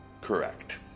Correct